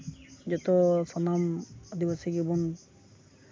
ᱡᱚᱛᱚ ᱥᱟᱱᱟᱢ ᱟᱹᱫᱤᱵᱟᱹᱥᱤ ᱜᱮᱵᱚᱱ